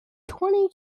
twenty